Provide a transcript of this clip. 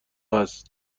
هست